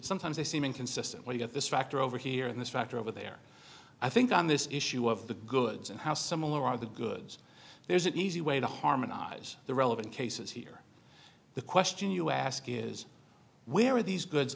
sometimes they seem inconsistent where you have this factor over here in this factory over there i think on this issue of the goods and how similar are the goods there's an easy way to harmonize the relevant cases here the question you ask is where are these good